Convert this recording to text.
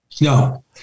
No